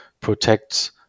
protect